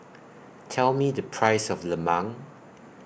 Tell Me The Price of Lemang